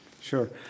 sure